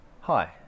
hi